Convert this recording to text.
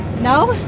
no?